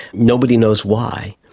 nobody knows why.